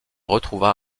retrouva